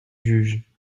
juge